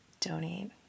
donate